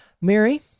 Mary